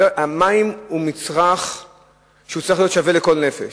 שהמים הם מצרך שצריך להיות שווה לכל נפש,